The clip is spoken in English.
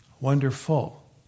wonderful